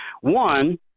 One